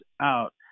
out